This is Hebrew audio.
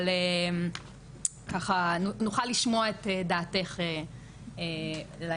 אבל ככה נוכל לשמוע את דעתך לעניין.